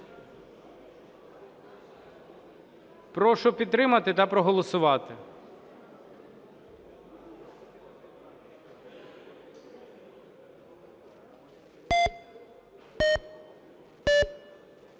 Прошу підтримати та проголосувати.